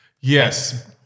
Yes